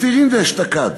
מפטירין כדאשתקד,